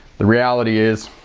the reality is